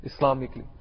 Islamically